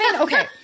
okay